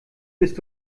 bist